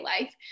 life